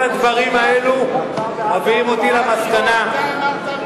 מה אתה אמרת על ראש הממשלה לפני